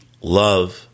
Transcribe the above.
love